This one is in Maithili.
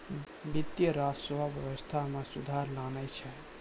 वित्त, राजस्व व्यवस्था मे सुधार लानै छै